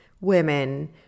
women